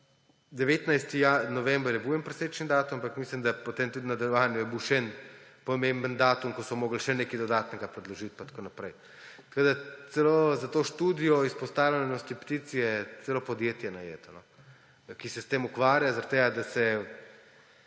19. november je bil en presečni datum, ampak mislim, da potem tudi v nadaljevanju je bil še en pomemben datum, ko so morali še nekaj dodatnega predložiti in tako naprej. Za to študijo izpostavljenosti ptic je celo podjetje najeto, ki se s tem ukvarja, da se